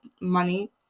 money